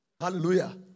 Hallelujah